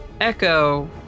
Echo